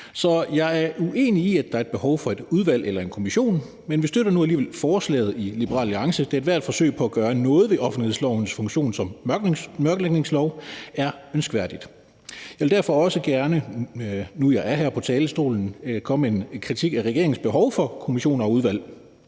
Så jeg er uenig i, at der er et behov for et udvalg eller en kommission, men vi støtter nu alligevel forslaget i Liberal Alliance, da ethvert forsøg på at gøre noget ved offentlighedslovens funktion som mørklægningslov er ønskværdigt. Jeg vil derfor også gerne, nu jeg er her på talerstolen, komme med en kritik af regeringens behov for kommissioner og udvalg,